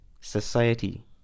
society